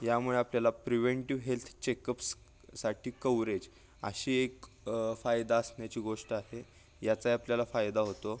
यामुळे आपल्याला preventive health चेकअप्ससाठी कवरेज अशी एक फायदा असण्याची गोष्ट आहे याचाही आपल्याला फायदा होतो